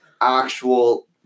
actual